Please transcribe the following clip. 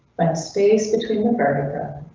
but space between the vertebra.